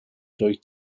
dwyt